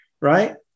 Right